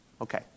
Okay